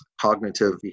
cognitive